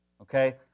okay